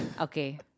Okay